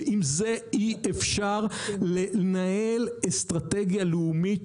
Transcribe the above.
עם זה אי אפשר לנהל אסטרטגיה לאומית